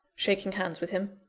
shaking hands with him.